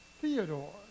Theodore